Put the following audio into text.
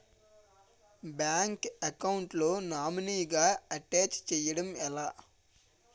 Bank account లో నామినీగా attach చేయడం ఎలా?